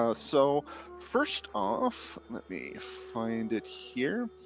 so so first off, let me find it here.